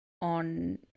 on